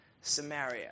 Samaria